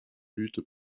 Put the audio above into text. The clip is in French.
lutte